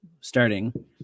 starting